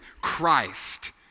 Christ